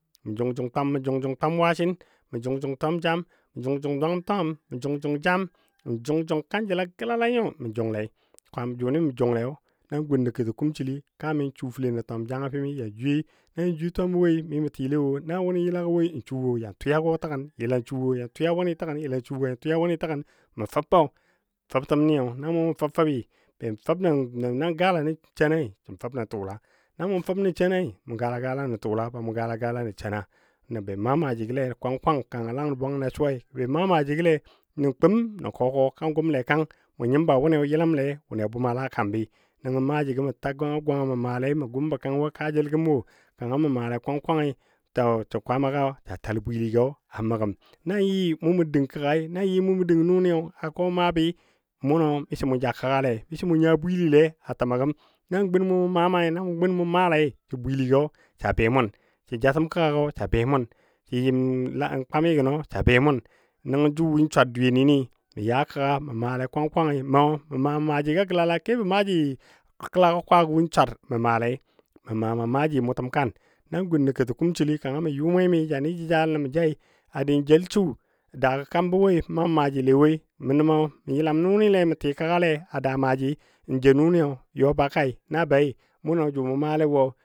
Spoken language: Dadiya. Mə jʊng jʊng twam mə, jʊng jʊng twam wasin mə jʊng jʊng jam, mə jʊng jʊng dwaam twangəm, mə jʊng jʊng jam mə jʊng kanjəla gəlala nyo na mə jʊng lei, jʊnɨ mə jʊnglei nan gun nə kuti kumsili kami su felen a twam jangafɨm yan jwiyei twama woi mi mə tɨle wo na wʊnɨ yəla woi yəlan suwo ya twi wʊnɨ təgən, yəlan suwo ya twi wʊnɨ təgən, yəlan suwo ya twi wʊnɨ təgən mə fəbbɔ fəbtən niyɔ na mu mɔ fəbfəbbi be fəb nən nan galanə shenai sən fəb nə tʊʊla, na mu fəb nə shenai mʊ gala gala nə tʊla, bamʊ gala gala nən shena, be maa maajigɔle kwang kwang kanga langən bwangən suwa, be maa maajigɔle nən kuum nən kɔkɔ kan gʊmle kang mʊn nyimbɔ wʊnɨ mʊ yəlamle wʊnɨ a bʊm ala kabi nəngɔ maajigɔ mə ta gwanga gwanga mə maale gumbɔ kang wo kaajəl gəm wo kanga mə maale kwang kwangi sə kwaama ga tal bwili ga mə gəm. Nan yɨ mʊ mɔ dəng kəggai na yɨ mʊ dəng nʊnɨyo a kɔ kɔ maabɨ mʊnɔ misɔ mu ja kəggale misɔ mʊ nya bwili le, a təmɔ gəm. Na gun mʊ mɔ maa maai sə bwiligɔ sa jatəm kəggagɔ sa be mʊn saa yɨm kwamigənɔ sa be mʊn nəngɔ jʊ win swar dweyeni mə ya kəgga mə maale kwang kwangi məu mə maa maajigɔ gəlala kebɔ maaji kəla kwagɔ win swar mə maale mə maa maa maaji mʊtəm kan. Nan gun nə kətə kumsil kanga mə yu mwemi ja ni jəjalənɔ mə jai a dɨ n jel su daagɔ kambɔ woi maa maajile woi nə mɔ mə yəlam nʊnɨ le gə tɨ kaggale a daaa maaji jou nʊnɨ yɔ ba kai na bei mʊnɔ jʊ mʊ maale wo